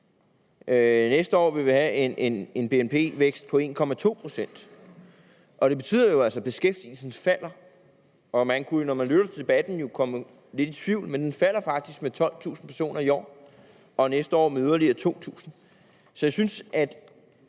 Næste år vil vi have en BNP-vækst på 1,2 pct., og det betyder jo altså, at beskæftigelsen falder. Man kunne jo, når man lytter til debatten komme lidt i tvivl, men den falder faktisk med 12.000 personer i år og næste år med yderligere 2.000